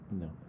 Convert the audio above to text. No